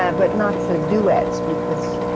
um but not for duets, because.